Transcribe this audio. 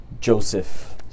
Joseph